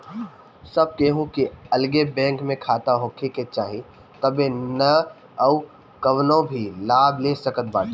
सब केहू के लगे बैंक में खाता होखे के चाही तबे नअ उ कवनो भी लाभ ले सकत बाटे